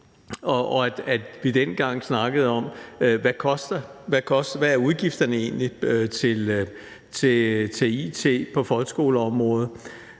og at vi dengang snakkede om, hvad udgifterne egentlig er til it på folkeskoleområdet.